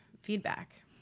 feedback